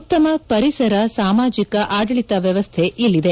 ಉತ್ತಮ ಪರಿಸರ ಸಾಮಾಜಿಕ ಆಡಳಿತ ವ್ಯವಸ್ಥೆ ಇಲ್ಲಿದೆ